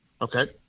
Okay